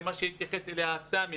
זה מה שהתייחס אליו סמי